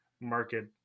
market